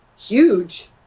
huge